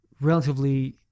relatively